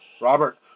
Robert